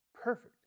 perfect